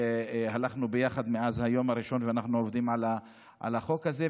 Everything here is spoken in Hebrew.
שהלכנו ביחד מאז היום הראשון ואנחנו עובדים על החוק הזה,